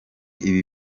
ibi